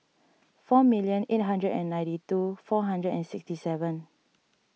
four million eight hundred and ninety two four hundred and sixty seven